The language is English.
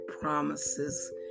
promises